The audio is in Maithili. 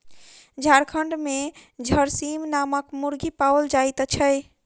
झारखंड मे झरसीम नामक मुर्गी पाओल जाइत छै